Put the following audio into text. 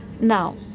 Now